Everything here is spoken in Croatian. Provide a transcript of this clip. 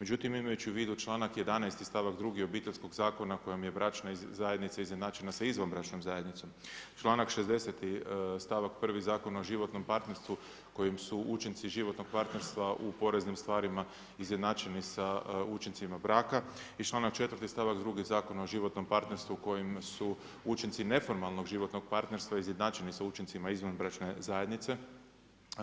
Međutim, imajući u vidu članak 11. i stavak 2. Obiteljskog zakona u kojem je bračna zajednica izjednačena sa izvanbračna zajednicom, članak 60. stavak 1. Zakona o životnom partnerstvu kojim su učinci životnog partnerstva u poraznim stvarima izjednačeni sa učincima braka i članak 4. stavak 2. zakona o životnom partnerstvu kojim su učinci neformalnog životnog partnerstva izjednačeni sa učincima izvanbračne zajednice,